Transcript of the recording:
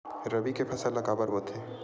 रबी के फसल ला काबर बोथे?